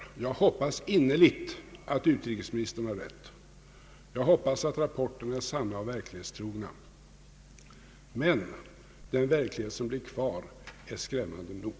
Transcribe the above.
Jag hoppas innerligt att utrikesministern har rätt. Jag hoppas att rapporterna är sanna och verklighetstrogna; men den verklighet som blir kvar är skrämmande nog.